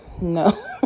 no